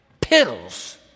pills